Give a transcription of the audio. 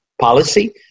policy